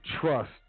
trust